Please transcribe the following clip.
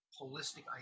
holistic